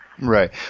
Right